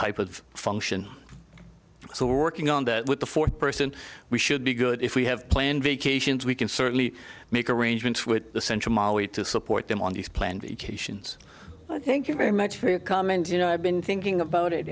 type of function so we're working on that with the fourth person we should be good if we have planned vacations we can certainly make arrangements with the central mali to support them on this plan vacations i thank you very much for your comment you know i've been thinking about it